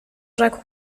jacques